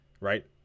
Right